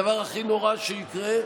הדבר הכי נורא שיקרה,